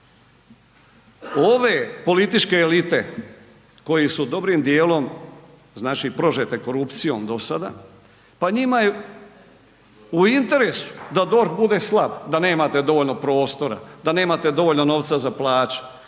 Ove političke elite koje su dobrim djelom, znači prožete korupcijom do sada, pa njima je u interesu da DORH bude slab, da nemate dovoljno prostora, da nemate dovoljno novca za plaće,